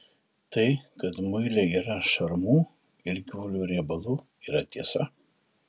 tai kad muile yra šarmų ir gyvulių riebalų yra tiesa